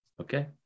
okay